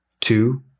two